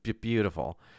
beautiful